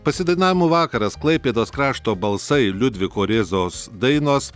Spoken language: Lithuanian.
pasidainavimo vakaras klaipėdos krašto balsai liudviko rėzos dainos